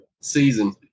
season